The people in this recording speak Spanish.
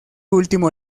último